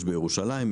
יש בירושלים,